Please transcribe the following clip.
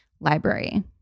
library